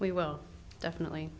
we will definitely